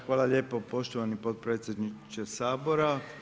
Hvala lijepo poštovani potpredsjedniče Sabora.